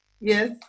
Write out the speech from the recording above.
Yes